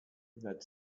that